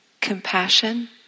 compassion